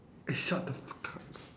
eh shut the fuck up